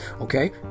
Okay